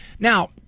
Now